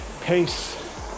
pace